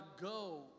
go